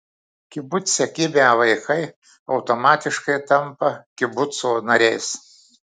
kibuce gimę vaikai automatiškai tampa kibuco nariais